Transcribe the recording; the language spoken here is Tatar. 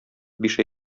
биш